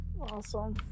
Awesome